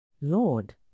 Lord